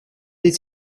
des